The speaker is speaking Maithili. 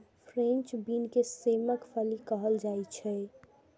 फ्रेंच बीन के सेमक फली कहल जाइ छै